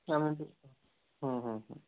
তার মধ্যে হুম হুম হুম